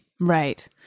Right